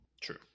True